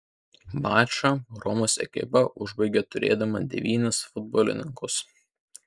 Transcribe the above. mačą romos ekipa užbaigė turėdama devynis futbolininkus